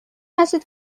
هستید